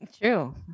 True